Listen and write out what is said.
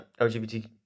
LGBT